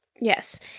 Yes